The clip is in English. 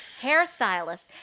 Hairstylist